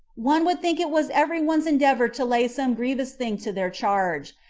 one would think it was every one's endeavor to lay some grievous thing to their charge,